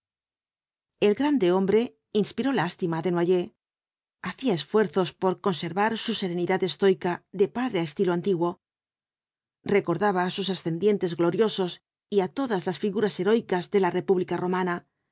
el grande hombre inspiró lástima á desuoyers hacía esfuerzos por conservar su serenidad estoica de padre á estilo antiguo recordaba á sus ascendientes gloriosos y á todas las figuras heroicas de la república romana